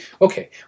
Okay